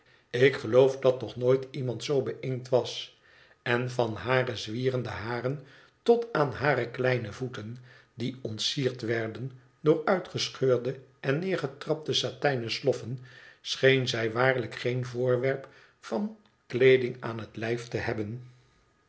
ik geloof dat nog nooit iemand zoo béinkt was en van hare zwierende haren tot aan hare kleine voeten die ontsierd werden dooruitgescheurde en neergetrapte satijnen sloffen scheen zij waarlijk geen voorwerp van kleeding aan het lijf te hebben